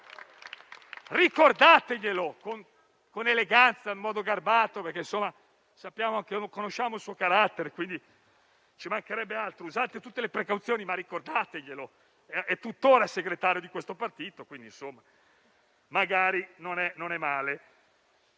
Ricordateglielo, con eleganza e in modo garbato, perché conosciamo il suo carattere. Quindi, ci mancherebbe altro, usate tutte le precauzioni, ma ricordateglielo, visto che è tuttora segretario di quel partito. Ho parlato dei